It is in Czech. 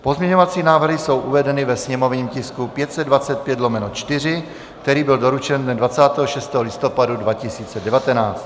Pozměňovací návrhy jsou uvedeny ve sněmovním tisku 525/4, který byl doručen dne 26. listopadu 2019.